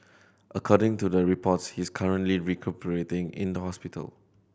according to the reports he's currently recuperating in the hospital